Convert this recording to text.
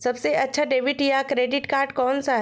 सबसे अच्छा डेबिट या क्रेडिट कार्ड कौन सा है?